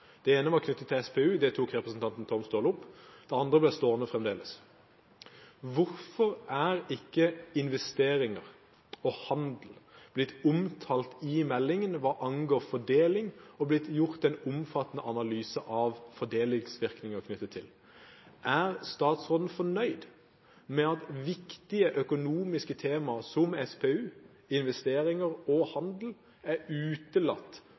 SPU – det tok representanten Tom Staahle opp – det andre ble stående fremdeles. Hvorfor er ikke investeringer og handel blitt omtalt i meldingen hva angår fordeling, og hvorfor er det ikke blitt gjort en omfattende analyse av tilknyttede fordelingsvirkninger? Er statsråden fornøyd med at viktige økonomiske temaer som SPU, investeringer og handel er utelatt